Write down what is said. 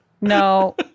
no